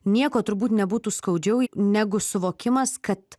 nieko turbūt nebūtų skaudžiau negu suvokimas kad